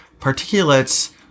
particulates